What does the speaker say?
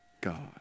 God